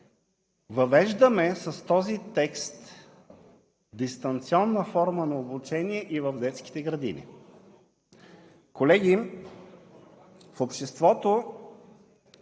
въвеждаме дистанционна форма на обучение и в детските градини. Колеги, в обществото